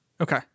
Okay